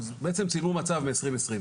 בעצם צילמו מצב מ-2020.